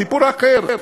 סיפור אחר.